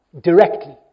directly